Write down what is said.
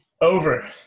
Over